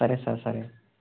సరే సార్ సరే